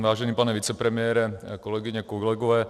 Vážený pane vicepremiére, kolegyně, kolegové.